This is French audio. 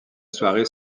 soirée